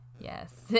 yes